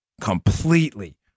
completely